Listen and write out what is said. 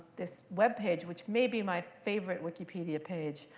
this web page, which may be my favorite wikipedia page,